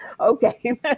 okay